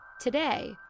Today